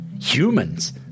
humans